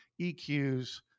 EQs